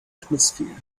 atmosphere